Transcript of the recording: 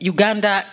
Uganda